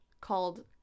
called